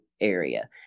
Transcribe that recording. area